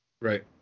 Right